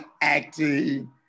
acting